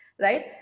Right